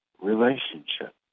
relationship